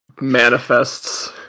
Manifests